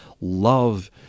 love